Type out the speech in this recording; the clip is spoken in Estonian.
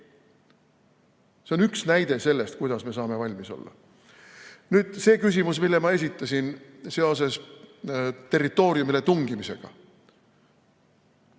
See on üks näide sellest, kuidas me saame valmis olla. Nüüd see küsimus, mille ma esitasin seoses territooriumile tungimisega.